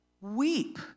weep